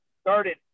started